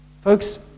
Folks